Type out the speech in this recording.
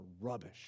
rubbish